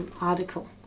article